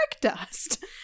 dust